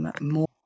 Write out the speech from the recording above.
more